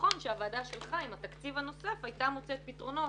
נכון שהוועדה שלך עם התקציב הנוסף הייתה מוצאת פתרונות